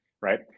right